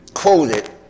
quoted